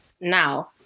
Now